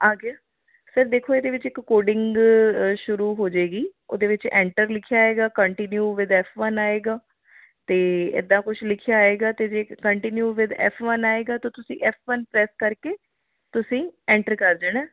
ਆ ਗਿਆ ਸਰ ਦੇਖੋ ਇਹਦੇ ਵਿੱਚ ਇੱਕ ਕੋਡਿੰਗ ਸ਼ੁਰੂ ਹੋਜੇਗੀ ਉਹਦੇ ਵਿੱਚ ਐਂਟਰ ਲਿਖਿਆ ਆਏਗਾ ਕੰਟੀਨਿਊ ਵਿਦ ਐੱਫ ਵਨ ਆਏਗਾ ਅਤੇ ਇੱਦਾਂ ਕੁਛ ਲਿਖਿਆ ਆਏਗਾ ਅਤੇ ਜੇ ਕੰਟੀਨਿਊ ਵਿਦ ਐੱਫ ਵਨ ਆਏਗਾ ਤਾਂ ਤੁਸੀਂ ਵਨ ਪ੍ਰੈਸ ਕਰਕੇ ਤੁਸੀਂ ਐਂਟਰ ਕਰ ਦੇਣਾ